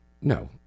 No